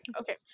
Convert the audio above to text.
Okay